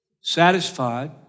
satisfied